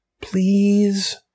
Please